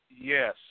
Yes